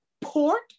port